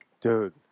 Dude